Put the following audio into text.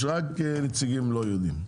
יש רק נציגים לא יהודים.